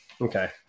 okay